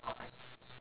very cute